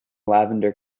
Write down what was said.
lavender